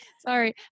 Sorry